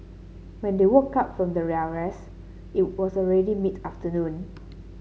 when they woke up from their rest it was already mid afternoon